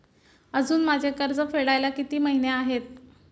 अजुन माझे कर्ज फेडायला किती महिने आहेत?